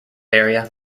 area